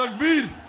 ah bill